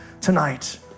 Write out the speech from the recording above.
tonight